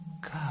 god